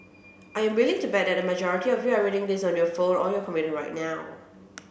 I am willing to bet that a majority of you are reading this on your phone or your computer right now